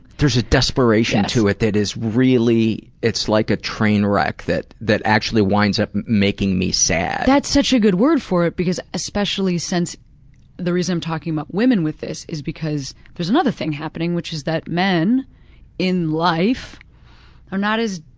a desperation to it that is really it's like a train wreck that that actually winds up making me sad. that's such a good word for it, because especially since the reason i'm talking about women with this is because there's another thing happening which is that men in life are not as